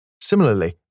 Similarly